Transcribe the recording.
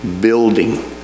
building